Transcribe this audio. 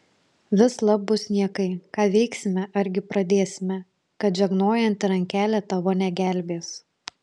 vislab bus niekai ką veiksime argi pradėsime kad žegnojanti rankelė tavo negelbės